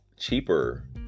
cheaper